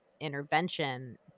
intervention